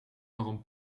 waarom